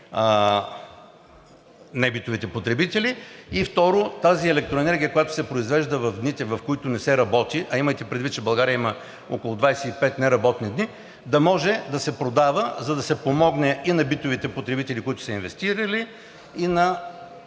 небитовите потребители. И второ, тази електроенергия, която се произвежда в дните, в които не се работи, а имайте предвид, че България има около 25 неработни дни, да може да се продава, за да се помогне и на битовите потребители, които са инвестирали, и на